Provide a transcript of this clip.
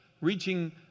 reaching